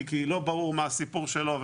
כי לא ברור מה הסיפור שלו,